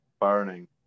burning